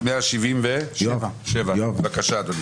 בבקשה, אדוני.